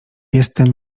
jestem